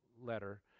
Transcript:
letter